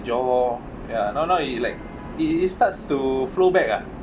johor ya now now it like it it starts to flow back ah